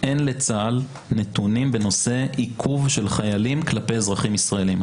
אין לצה"ל נתונים בנושא עיכוב של חיילים כלפי אזרחים ישראלים,